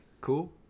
cool